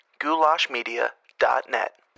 Goulashmedia.net